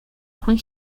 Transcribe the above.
juan